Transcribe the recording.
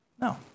No